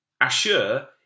Ashur